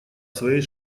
своей